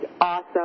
awesome